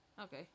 Okay